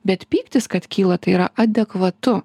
bet pyktis kad kyla tai yra adekvatu